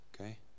Okay